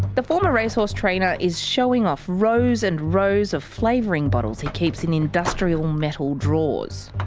the former race-horse trainer is showing off rows and rows of flavouring bottles he keeps in industrial metal drawers.